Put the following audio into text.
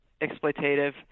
exploitative